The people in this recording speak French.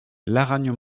laragne